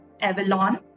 avalon